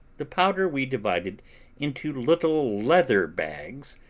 the powder we divided into little leather bags,